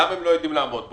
למה הם לא יודעים לעמוד בו?